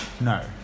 No